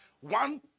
one